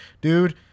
dude